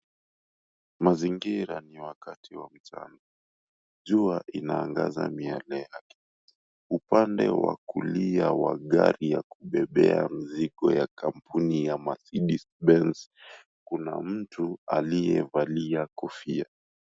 Mazingira ni wakati wa mchana jua ina angaza miale yake, upande wa kulia magari ya kubebea mizigo ya kampuni ya Mercedes Benz kuna mtu aliyevalia kofia.